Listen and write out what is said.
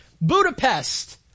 Budapest